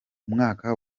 umwaka